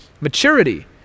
maturity